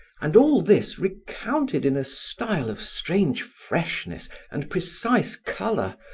and all this recounted in a style of strange freshness and precise color,